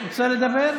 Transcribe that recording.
רוצה לדבר?